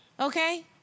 okay